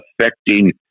affecting